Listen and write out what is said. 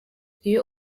iyo